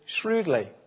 shrewdly